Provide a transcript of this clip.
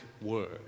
word